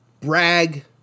brag